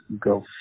go